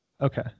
Okay